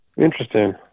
Interesting